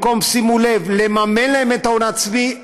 שימו לב: במקום לממן להן את ההון העצמי,